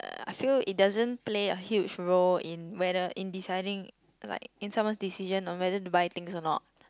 uh I feel it doesn't play a huge role in whether in deciding like in someone's decision on whether to buy things or not